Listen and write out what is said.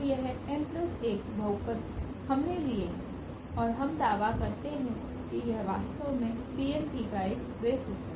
तो यह n1 बहुपद हमने लिए हैं और हम दावा करते हैं कि यह वास्तव में का एक बेसिस है